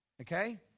okay